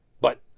But